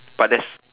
but there's